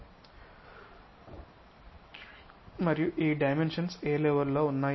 మరియు ఈ డైమెన్షన్స్ ఏ లెవెల్ లో ఉన్నాయి అని